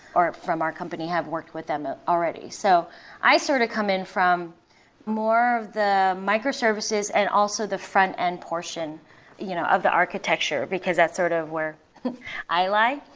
or from our company have worked with them ah already. so i sort of come in from more of the microservices and also the front end portion you know of the architecture because that's sort of where i like.